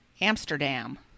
Amsterdam